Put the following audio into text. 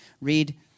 Read